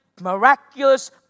miraculous